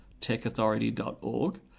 techauthority.org